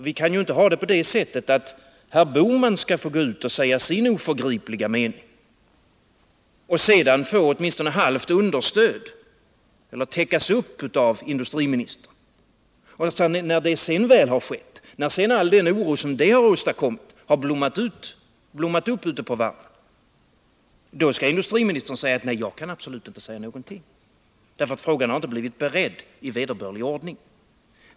Vi kan ju inte ha det på det sättet att herr Bohman skall få gå ut och säga sin oförgripliga mening och sedan få, åtminstone till hälften, understöd eller täckas upp av industriministern. Skall sedan industriministern, när all den oro som detta åstadkommit har blommat upp ute på varven, då säga: Nej, jag kan absolut inte säga någonting, därför att frågan inte har blivit beredd i vederbörlig ordning?